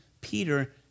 Peter